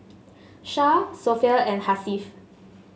Shah Sofea and Hasif